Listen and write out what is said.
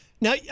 now